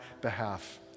behalf